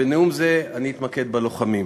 בנאום זה אני אתמקד בלוחמים.